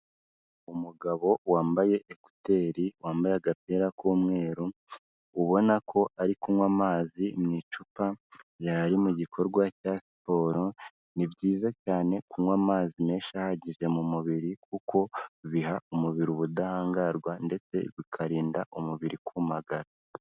Umugabo wambaye ekuteri, wambaye agapira k'umweru, ubona ko ari kunywa amazi mu icupa, yari ari mu gikorwa cya siporo, ni byiza cyane kunywa amazi menshi ahagije mu mubiri kuko biha umubiri ubudahangarwa ndetse bikarinda umubiri kumagara.